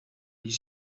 die